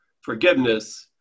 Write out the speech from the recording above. forgiveness